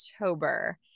october